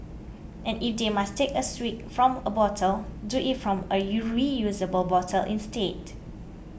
and if they must take a swig from a bottle do it from a U reusable bottle instead